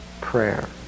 prayer